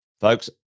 Folks